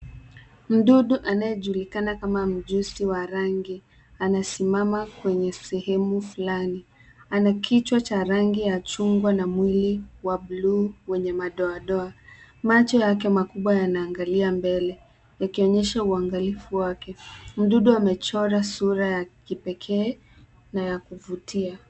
Mdudu anayejulikana kama mjusi wa rangi anasimama kwenye sehemu fulani. Ana kichwa cha rangi ya chungwa na mwili wa bluu wenye madoadoa. Macho yake makubwa yanaangalia mbele yakionyesha uangalifu wake. Mdudu amechora sura ya kipekee na ya kuvutia.